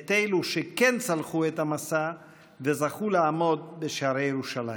את אלו שכן צלחו את המסע וזכו לעמוד בשערי ירושלים.